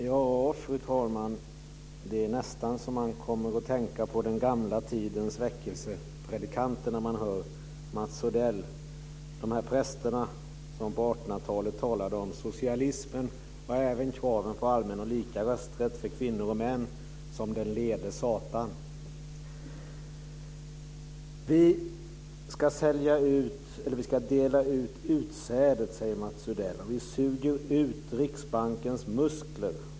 Fru talman! Det är nästan som att jag kommer att tänka på den gamla tidens väckelsepredikanter när jag hör Mats Odell. Det var de präster som på 1800-talet talade om socialismen och även kraven på allmän och lika rösträtt för kvinnor och män som den lede satan. Vi ska dela ut utsädet, säger Mats Odell. Vi suger ut Riksbankens muskler.